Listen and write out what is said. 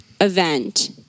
event